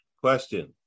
Question